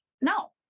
no